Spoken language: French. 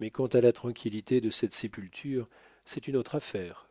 mais quant à la tranquillité de cette sépulture c'est une autre affaire